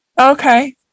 Okay